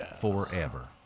forever